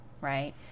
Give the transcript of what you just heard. right